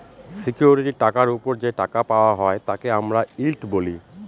security টাকার ওপর যে টাকা পাওয়া হয় তাকে আমরা ইল্ড বলি